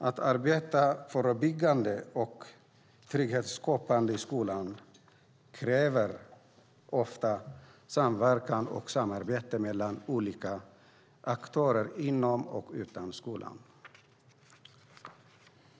Att arbeta brottsförebyggande och trygghetsskapande i skolan kräver ofta samverkan och samarbete mellan olika aktörer inom och utanför skolan.